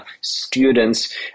students